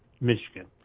Michigan